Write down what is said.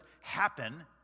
happen